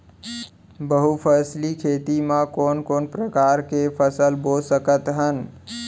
बहुफसली खेती मा कोन कोन प्रकार के फसल बो सकत हन?